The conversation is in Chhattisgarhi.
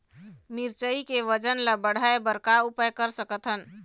मिरचई के वजन ला बढ़ाएं बर का उपाय कर सकथन?